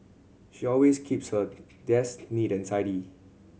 she always keeps her desk neat and tidy